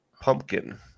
Pumpkin